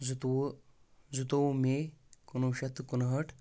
زٕتووُو زٕتووُہ میے کُنوُہ شتھ تہٕ کُنہٲٹھ